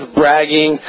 bragging